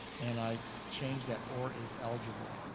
and i changed that, or is eligible.